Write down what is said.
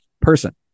person